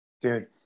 dude